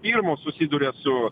pirmos susiduria su